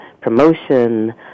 promotion